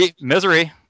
Misery